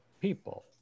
people